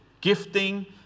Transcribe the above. gifting